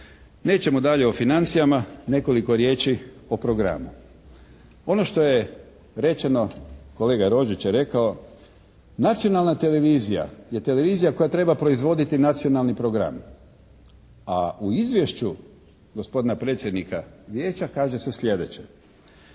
Nećemo dalje o financijama. Nekoliko riječi o programu. Ono što je rečeno kolega Rožić je rekao. Nacionalna televizija je televizija koja treba proizvoditi nacionalni program a u izvješću gospodina predsjednika Vijeća kaže se Sljedeće.